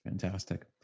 Fantastic